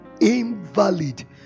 invalid